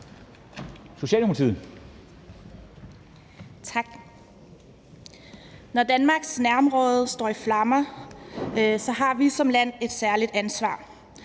Når Danmarks nærområde står i flammer, har vi som land et særligt ansvar,